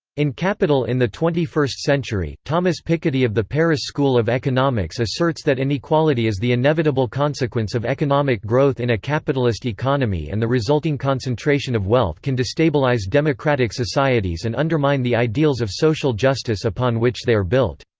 in capital in the twenty-first century, thomas piketty of the paris school of economics asserts that inequality is the inevitable consequence of economic growth in a capitalist economy and the resulting concentration of wealth can destabilize democratic societies and undermine the ideals of social justice upon which they are built.